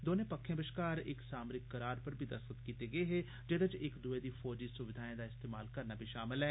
दौनें पक्खें बश्कार इक सामरिक करार पर बी दस्तखत होए जे जेहदे च इक दुए दी फौजी सुविधाएं गी इस्तेमाल करना बी शामल ऐ